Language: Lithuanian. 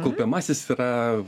kaupiamasis yra